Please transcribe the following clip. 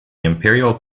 imperial